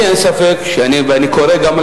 אין מה